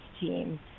team